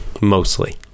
Mostly